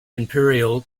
imperial